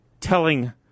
Telling